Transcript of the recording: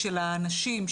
של האנשים,